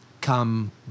come